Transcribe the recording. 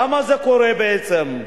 למה זה קורה בעצם?